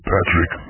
Patrick